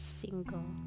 single